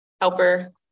helper